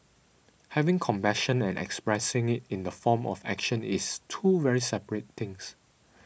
having compassion and expressing it in the form of action is two very separate things